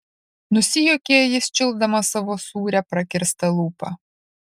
nusijuokė jis čiulpdamas savo sūrią prakirstą lūpą